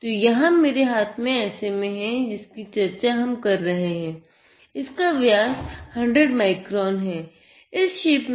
तो यहाँ मेरे हाथ में SMA हैं जिसकी हम चर्चा कर रहे थे